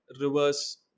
reverse